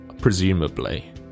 presumably